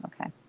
Okay